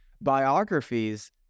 Biographies